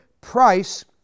Price